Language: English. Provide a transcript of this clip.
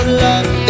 love